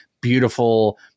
beautiful